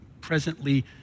presently